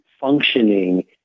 functioning